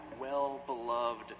well-beloved